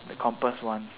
the compass one